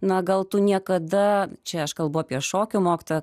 na gal tu niekada čia aš kalbu apie šokio mokytoją